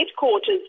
headquarters